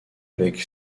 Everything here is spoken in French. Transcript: avec